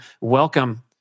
welcome